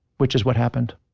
which is what happened